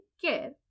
care